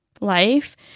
life